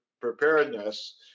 preparedness